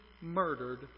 murdered